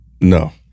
No